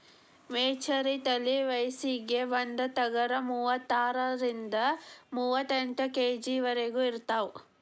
ಮೆಚರಿ ತಳಿ ವಯಸ್ಸಿಗೆ ಬಂದ ಟಗರ ಮೂವತ್ತಾರರಿಂದ ಮೂವತ್ತೆಂಟ ಕೆ.ಜಿ ವರೆಗು ಇರತಾವ